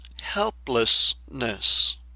helplessness